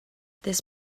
this